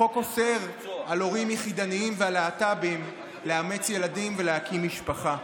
החוק אוסר על הורים יחידניים ועל להט"בים לאמץ ילדים ולהקים משפחה.